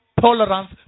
tolerance